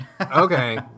okay